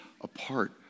apart